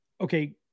Okay